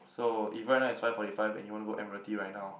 so if right now is five forty five and you wanna go Admiralty right now